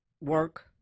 work